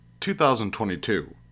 2022